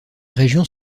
régions